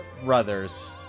brothers